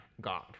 god